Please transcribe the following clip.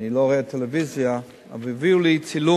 אני לא רואה טלוויזיה, אבל הביאו לי צילום